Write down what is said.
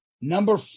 Number